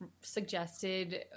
suggested